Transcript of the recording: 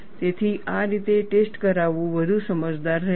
તેથી આ રીતે ટેસ્ટ કરાવવું વધુ સમજદાર રહેશે